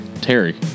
Terry